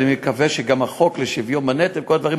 ואני מקווה שגם החוק לשוויון בנטל וכל הדברים